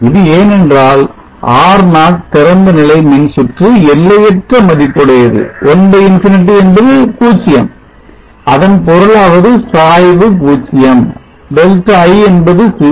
இது ஏனென்றால் R0 திறந்தநிலை மின்சுற்று எல்லையற்ற மதிப்புடையது 1∞ என்பது 0 அதன் பொருளாவது சாய்வு 0 Δi என்பது 0